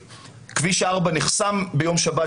בשבת בערב כביש 4 נחסם ודרך אגב,